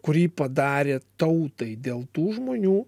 kurį padarė tautai dėl tų žmonių